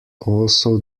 also